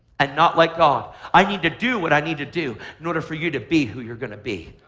and not like god. i need to do what i need to do in order for you to be who you're going to be.